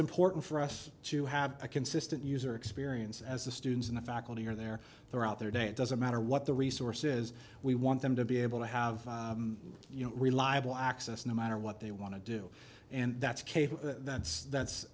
important for us to have a consistent user experience as the students in the faculty are there throughout their day it doesn't matter what the resource is we want them to be able to have reliable access no matter what they want to do and that's cable that's that's